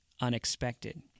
Unexpected